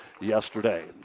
yesterday